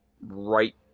right